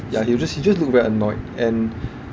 ya he was just he just look very annoyed and